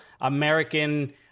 American—